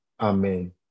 Amen